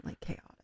chaotic